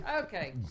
Okay